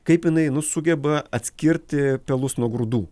kaip jinai nu sugeba atskirti pelus nuo grūdų